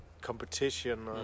competition